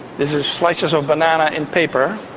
this is slices of banana in paper.